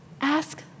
Ask